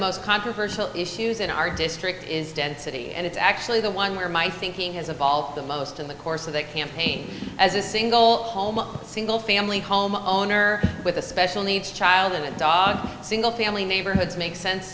most controversial issues in our district is density and it's actually the one where my thinking has evolved the most in the course of that campaign as a single single family home owner with a special needs child and a dog single family neighborhoods makes sense